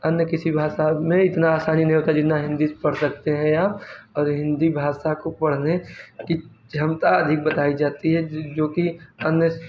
अन्य किसी भाषा में इतना आसानी नहीं होता जितना हिंदी पढ़ सकते हैं या और हिंदी भाषा को पढ़ने की क्षमता अधिक बताई जाती है जो कि हमने